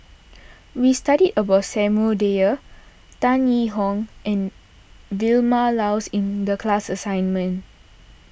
we studied about Samuel Dyer Tan Yee Hong and Vilma Laus in the class assignment